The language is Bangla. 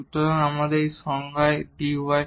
সুতরাং এটি আমাদের সংজ্ঞায় dy